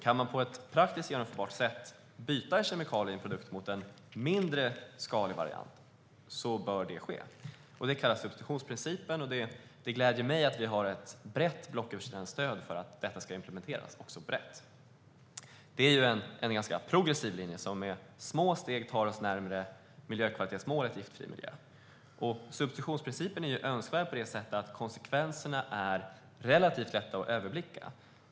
Kan man på ett praktiskt genomförbart sätt byta ut en kemikalie i en produkt mot en mindre skadlig variant bör det ske. Det kallas substitutionsprincipen, och det gläder mig att vi har ett brett, blocköverskridande stöd för att detta också ska implementeras brett. Det är en ganska progressiv linje, som med små steg tar oss närmare miljökvalitetsmålet om en giftfri miljö. Substitutionsprincipen är önskvärd på det sättet att konsekvenserna är relativt lätta att överblicka.